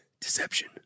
deception